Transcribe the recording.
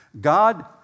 God